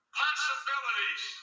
possibilities